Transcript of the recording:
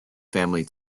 family